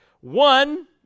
One